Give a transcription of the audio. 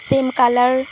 same color